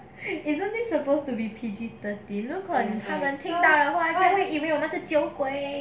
isn't this supposed to be P_G thirteen 如果他们听到的话他们以为我们是酒鬼